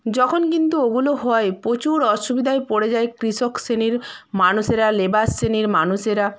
যখন কিন্তু ওগুলো হয় প্রচুর অসুবিধায় পড়ে যায় কৃষক শ্রেণীর মানুষেরা লেবার শ্রেণীর মানুষেরা